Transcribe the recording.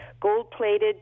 gold-plated